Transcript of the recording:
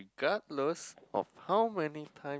regardless of how many times